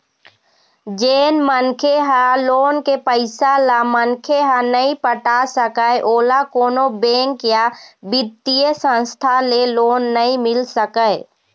जेन मनखे ह लोन के पइसा ल मनखे ह नइ पटा सकय ओला कोनो बेंक या बित्तीय संस्था ले लोन नइ मिल सकय